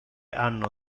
hanno